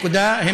נקודה.